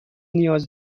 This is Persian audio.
نیاز